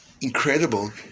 Incredible